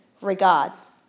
regards